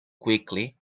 quickly